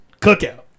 Cookout